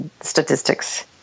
statistics